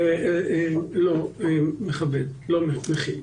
לא נותן.